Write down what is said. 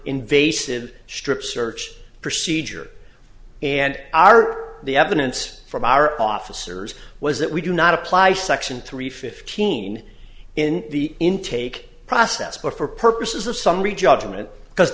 invasive strip search procedure and our the evidence from our officers was that we do not apply section three fifteen in the intake process but for purposes of summary judgment because